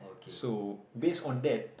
so based on that